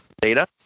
data